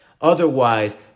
Otherwise